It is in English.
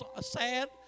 sad